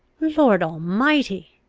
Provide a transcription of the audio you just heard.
lord almighty!